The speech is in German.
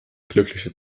glückliche